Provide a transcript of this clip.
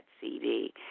cd